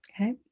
okay